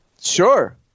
Sure